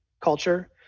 culture